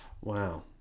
Wow